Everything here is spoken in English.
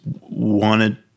wanted